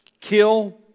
kill